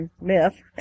myth